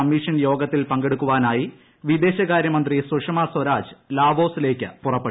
commission യോഗത്തിൽ പങ്കെടുക്കാനായി വിദേശ കാര്യമന്ത്രി സുഷമാ സ്വരാജ് ലാവോസിലേക്ക് പുറപ്പെട്ടു